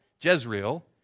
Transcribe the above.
Jezreel